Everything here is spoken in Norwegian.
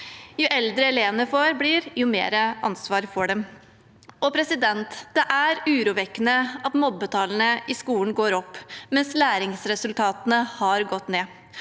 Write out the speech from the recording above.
Jo eldre elevene blir, jo mer ansvar får de. Det er urovekkende at mobbetallene i skolen går opp, mens læringsresultatene har gått ned.